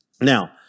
Now